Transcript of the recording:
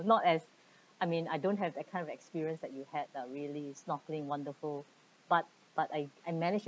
not as I mean I don't have that kind of experience that you had the really snorkelling wonderful but but I I manage